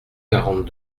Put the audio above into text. quarante